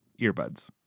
earbuds